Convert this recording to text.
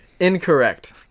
Incorrect